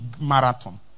marathon